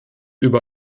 über